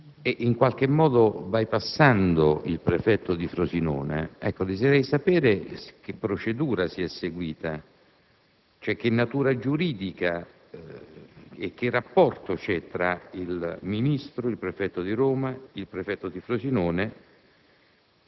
in qualche modo bypassando il prefetto di Frosinone, quale procedura si è seguita, cioè che natura giuridica e che rapporto c'è tra il Ministro, il prefetto di Roma, il prefetto di Frosinone